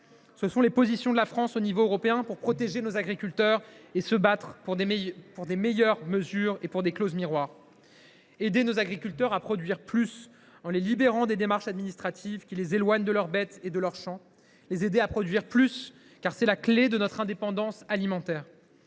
défend ses positions à l’échelon européen pour protéger ses agriculteurs ; elle se bat pour de meilleures mesures et pour des clauses miroirs. Aider nos agriculteurs à produire plus, en les libérant des démarches administratives qui les éloignent de leurs bêtes et de leurs champs, voilà la clé de notre indépendance alimentaire.